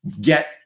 get